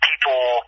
people